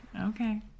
Okay